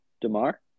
Demar